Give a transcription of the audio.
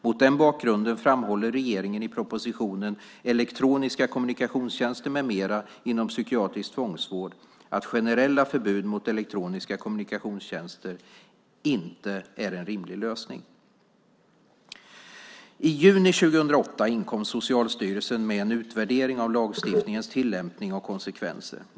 Mot den bakgrunden framhåller regeringen i propositionen Elektroniska kommunikationstjänster m.m. inom psykiatrisk tvångsvård att generella förbud mot elektroniska kommunikationstjänster inte är en rimlig lösning. I juni 2008 inkom Socialstyrelsen med en utvärdering av lagstiftningens tillämpning och konsekvenser.